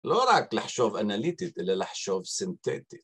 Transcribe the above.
לא רק לחשוב אנליטית אלא לחשוב סינתטי